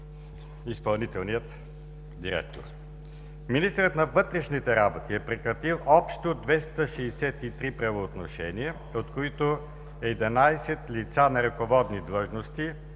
Министърът на вътрешните работи е прекратил общо 263 правоотношения, от които 11 лица на ръководни длъжности,